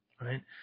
right